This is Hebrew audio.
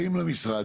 באים למשרד,